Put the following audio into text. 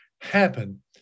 happen